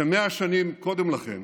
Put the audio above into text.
ש-100 שנים קודם לכן